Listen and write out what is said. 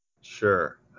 Sure